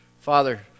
Father